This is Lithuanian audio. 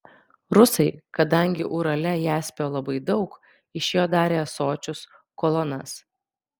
rusai kadangi urale jaspio labai daug iš jo darė ąsočius kolonas